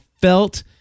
felt